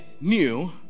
new